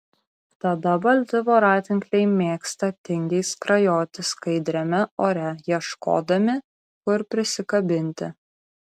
tada balti voratinkliai mėgsta tingiai skrajoti skaidriame ore ieškodami kur prisikabinti